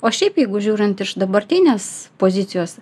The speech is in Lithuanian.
o šiaip jeigu žiūrint iš dabartinės pozicijos